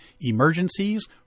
emergencies